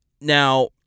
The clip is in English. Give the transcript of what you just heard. Now